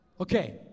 Okay